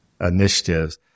initiatives